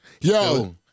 Yo